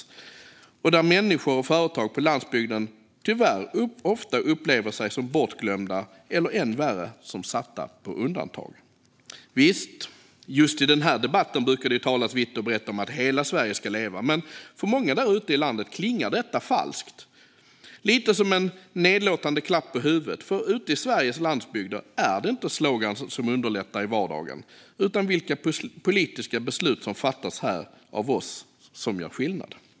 Men tyvärr upplever sig människor och företag på landsbygden ofta som bortglömda eller, ännu värre, som satta på undantag. Visst, i just denna debatt brukar det ju talas vitt och brett om att hela Sverige ska leva, men för många där ute i landet klingar detta falskt, lite som en nedlåtande klapp på huvudet. Ute i Sveriges landsbygder är det nämligen inte sloganer som underlättar i vardagen utan vilka politiska beslut som fattas av oss som gör skillnad.